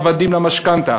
אתם עבדים למשכנתה,